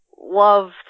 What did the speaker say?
love